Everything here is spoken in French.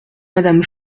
madame